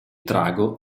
trago